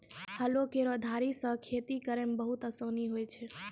हलो केरो धारी सें खेती करै म बहुते आसानी होय छै?